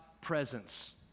presence